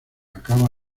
acaba